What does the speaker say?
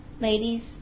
Ladies